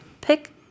pick